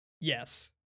Yes